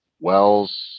Wells